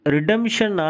Redemption